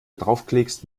draufklickst